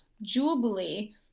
jubilee